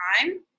time